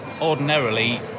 Ordinarily